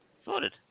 Sorted